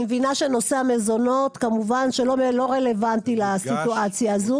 אני מבינה שנושא המזונות כמובן שלא רלוונטי לסיטואציה הזו.